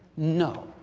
no.